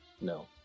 No